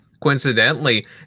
coincidentally